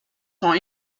sont